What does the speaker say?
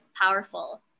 powerful